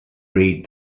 read